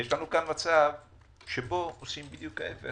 יש לנו כאן מצב שבו עושים בדיוק ההפך